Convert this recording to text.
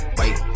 wait